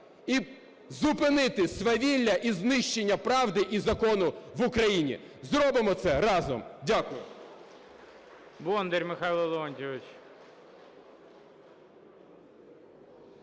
і зупинити свавілля і знищення правди і закону в Україні. Зробимо це разом! Дякую.